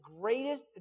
greatest